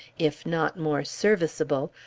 if not more serviceable,